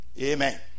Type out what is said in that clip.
Amen